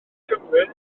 cymru